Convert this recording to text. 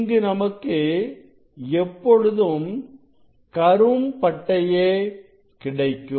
இங்கு நமக்கு எப்பொழுதும் கரும் பட்டையே கிடைக்கும்